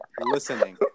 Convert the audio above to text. listening